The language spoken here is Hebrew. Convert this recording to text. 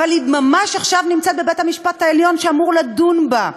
אבל היא ממש עכשיו נמצאת בבית-המשפט העליון שאמור לדון בה.